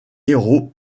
héros